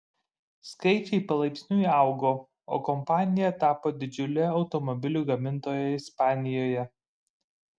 skaičiai palaipsniui augo o kompanija tapo didžiule automobilių gamintoja ispanijoje